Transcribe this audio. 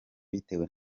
bitewe